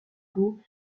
loup